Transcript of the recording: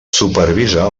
supervisa